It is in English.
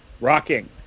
rocking